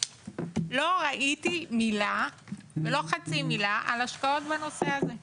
לא ראיתי מילה ולא חצי מילה על השקעות בנושא הזה.